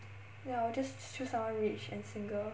!aiya! I will just choose someone rich and single